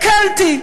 הקלתי,